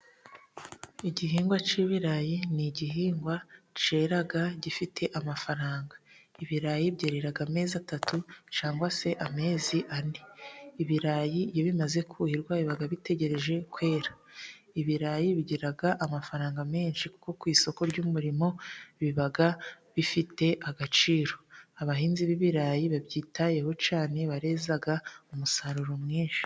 Igihingwa cy'ibirayi ni igihingwa cyera gifite amafaranga. Ibirayi byerera amezi atatu cyangwa amezi ane. Ibirayi iyo bimaze kuhirwa bitegereza kwera. Ibirayi bigira amafaranga menshi kuko ku isoko ry'umurimo biba bifite agaciro. Abahinzi b'ibirayi babyitayeho cyane bareza umusaruro mwinshi.